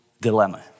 dilemma